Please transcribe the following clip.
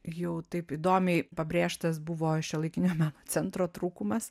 jau taip įdomiai pabrėžtas buvo šiuolaikinio meno centro trūkumas